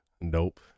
Nope